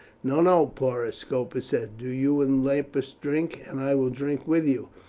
no, no, porus, scopus said. do you and lupus drink, and i will drink with you,